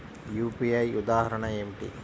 UPI ఉదాహరణ ఏమిటి?